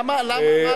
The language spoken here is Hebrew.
למה?